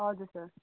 हजुर सर